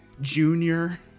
junior